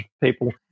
people